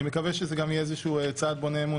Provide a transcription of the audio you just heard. אני מקווה שזה גם יהיה איזשהו צעד בונה אמון